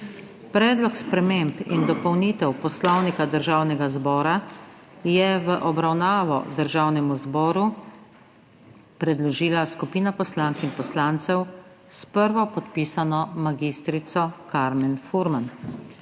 Predlog sprememb in dopolnitev Poslovnika Državnega zbora je v obravnavo Državnemu zboru predložila skupina poslank in poslancev s prvopodpisano mag. Karmen Furman.